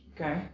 Okay